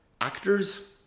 actors